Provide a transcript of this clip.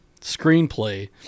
screenplay